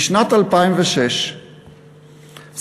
משנת 2006 שכר